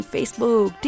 Facebook